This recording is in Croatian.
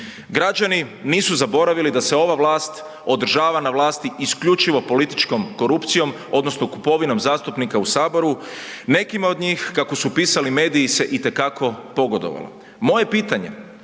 Građani nisu zaboravili da se ova vlast održava na vlasti isključivo političkom korupcijom odnosno kupovinom zastupnika u Saboru, nekima od njih kako su pisali mediji se itekako pogodovalo. Moje pitanje